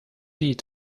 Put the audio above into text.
die